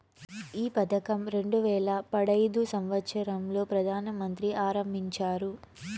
ఈ పథకం రెండు వేల పడైదు సంవచ్చరం లో ప్రధాన మంత్రి ఆరంభించారు